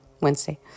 Wednesday